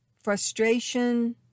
frustration